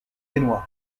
génois